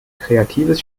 kreatives